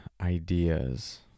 ideas